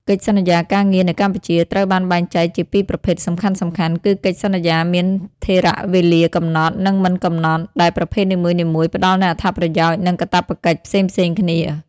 កិច្ចសន្យាការងារនៅកម្ពុជាត្រូវបានបែងចែកជាពីរប្រភេទសំខាន់ៗ គឺកិច្ចសន្យាមានថិរវេលាកំណត់ និងមិនកំណត់ ដែលប្រភេទនីមួយៗផ្តល់នូវអត្ថប្រយោជន៍ និងកាតព្វកិច្ចផ្សេងៗគ្នា។